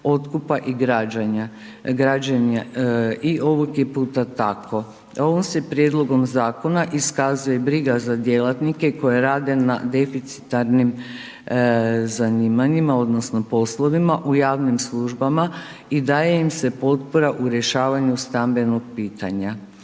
otkupa i građenja i ovog je puta tako. Ovim se prijedlogom zakona iskazuje briga za djelatnike koji rade na deficitarnim zanimanjima odnosno poslovima u javnim službama i daje im se potpora u rješavanju stambenog pitanja.